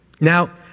Now